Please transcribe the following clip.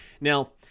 Now